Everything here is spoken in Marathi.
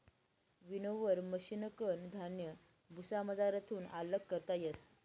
विनोवर मशिनकन धान्य भुसामझारथून आल्लग करता येस